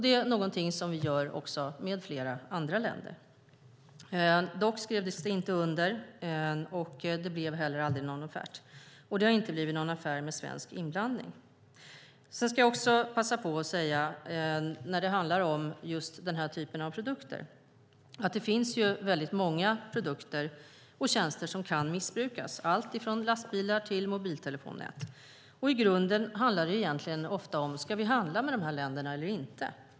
Det är någonting som vi gör med flera andra länder. Dock skrevs det inte under, och det blev heller aldrig någon offert. Det har inte blivit någon affär med svensk inblandning. När det handlar om den här typen av produkter ska jag passa på att säga att det finns väldigt många produkter och tjänster som kan missbrukas, alltifrån lastbilar till mobiltelefonnät. I grunden handlar det egentligen ofta om huruvida vi ska handla med dessa länder eller inte.